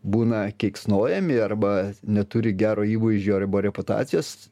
būna keiksnojami arba neturi gero įvaizdžio arba reputacijos